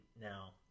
now